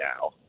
now